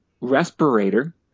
respirator